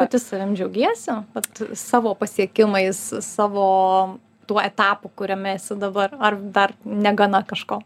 pati savim džiaugiesi vat savo pasiekimais savo tų etapų kuriame esi dabar ar dar negana kažko